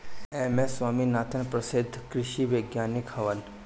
M S Swaminathan प्रसिद्ध कृषि वैज्ञानिक हवन